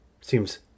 Seems